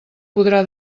podrà